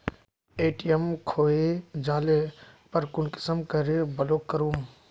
ATM खोये जाले पर कुंसम करे ब्लॉक करूम?